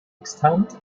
extant